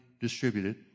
distributed